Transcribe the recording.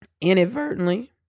Inadvertently